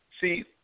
See